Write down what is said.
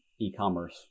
e-commerce